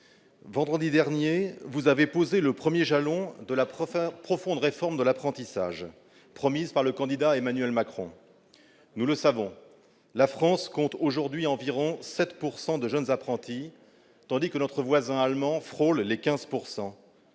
vendredi dernier, vous avez posé le 1er jalon de la professeure profonde réforme de l'apprentissage, promise par le candidat Emmanuel Macron nous le savons, la France compte aujourd'hui environ 7 pourcent de de jeunes apprentis tandis que notre voisin allemand frôle les 15